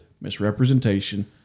misrepresentation